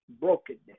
brokenness